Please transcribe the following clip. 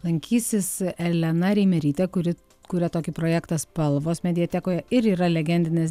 lankysis elena reimerytė kuri kuria tokį projektą spalvos mediatekoje ir yra legendinės